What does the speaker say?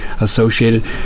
associated